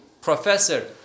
professor